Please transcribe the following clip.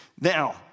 Now